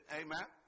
amen